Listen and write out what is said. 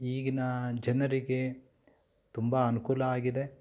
ಈಗಿನ ಜನರಿಗೆ ತುಂಬ ಅನುಕೂಲ ಆಗಿದೆ